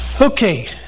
Okay